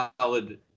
solid